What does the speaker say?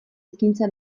ekintza